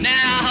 Now